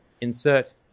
insert